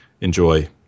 enjoy